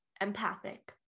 empathic